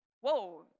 Whoa